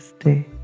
stay